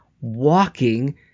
walking